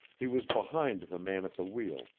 he was behind the man at the wheel,